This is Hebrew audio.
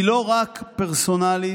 היא לא רק פרסונלית,